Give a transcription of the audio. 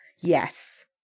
yes